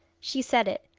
she said it,